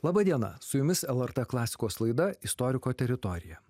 laba diena su jumis lrt klasikos laida istoriko teritorija